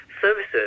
services